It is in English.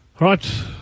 Right